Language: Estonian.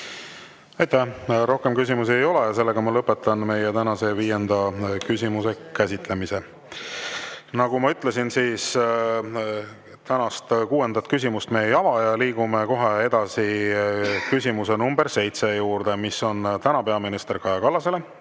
Aitäh! Rohkem küsimusi ei ole. Lõpetan meie tänase viienda küsimuse käsitlemise. Nagu ma ütlesin, tänast kuuendat küsimust me ei ava. Liigume kohe edasi küsimuse nr 7 juurde, mis on peaminister Kaja Kallasele.